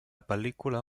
pel·lícula